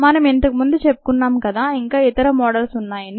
మనం ఇంతకు ముందు చెప్పుకున్నాం కదా ఇంకా ఇతర మోడల్స్ ఉన్నాయని